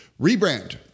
Rebrand